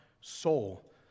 soul